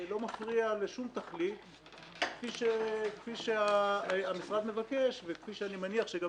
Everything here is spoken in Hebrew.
לא מפריע לשום תכלית כפי שהמשרד מבקש וכפי שאני מניח שגם